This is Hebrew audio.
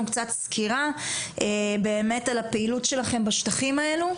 קצת סקירה על הפעילות שלכם בשטחים האלה,